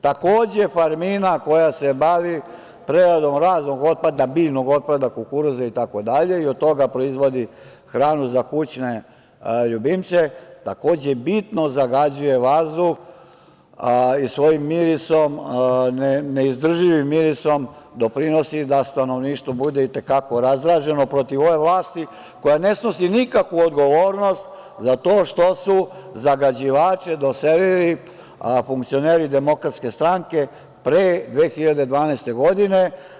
Takođe, „Farmina“ koja se bavi preradom raznog otpada, biljnog otpada kukuruza itd, i od toga proizvodi hranu za kućne ljubimce, bitno zagađuje vazduh i svojim mirisom, neizdrživim mirisom doprinosi da stanovništvo bude i te kako razdraženo protiv ove vlasti koja ne snosi nikakvu odgovornost za to što su zagađivače doselili funkcioneri DS pre 2012. godine.